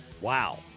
Wow